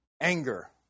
anger